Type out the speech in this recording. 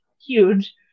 huge